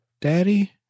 daddy